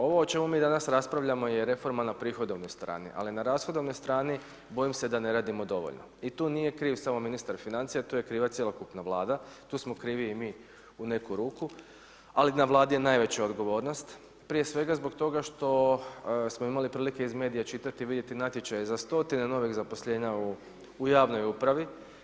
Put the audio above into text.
Ovo o čemu mi danas raspravljamo je reforma na prihodovnoj strani ali na rashodovnoj strani, bojim se da ne radimo dovoljno i tu nije kriv samo ministar financija, tu je kriva cjelokupna Vlada, tu smo krivi i mi u neku ruku ali na Vladi je najveća odgovornost prije svega zbog toga što smo imali prilike iz medija čitati, vidjeti natječaje za stotine novih zaposlenja u javnoj upravi.